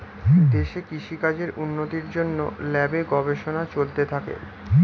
দেশে কৃষি কাজের উন্নতির জন্যে ল্যাবে গবেষণা চলতে থাকে